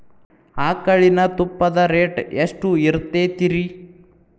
ಆಕಳಿನ ತುಪ್ಪದ ರೇಟ್ ಎಷ್ಟು ಇರತೇತಿ ರಿ?